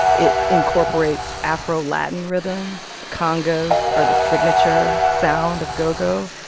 it incorporates afro-latin rhythms. congas are the signature sound of go-go.